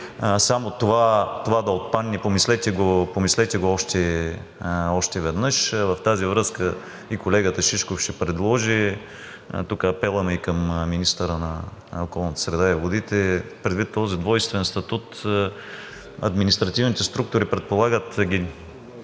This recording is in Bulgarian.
само това да отпадне. Помислете го още веднъж, в тази връзка, и колегата Шишков ще предложи. Тук апелът ми и към министъра на околната среда и водите е: предвид този двойствен статут административните структури предполагат